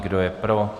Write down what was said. Kdo je pro?